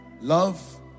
Love